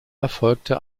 erfolgte